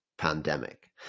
pandemic